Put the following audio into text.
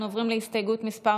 אנחנו עוברים להסתייגות מס'